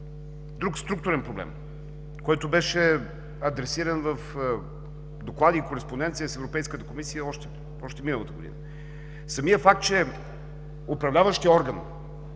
друг структурен проблем, който беше адресиран в доклади и кореспонденция с Европейската комисия още миналата година. Самият факт, че Управляващият орган